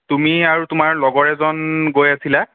তুমি আৰু তোমাৰ লগৰ এজন গৈ আছিলা